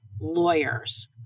lawyers